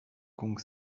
kong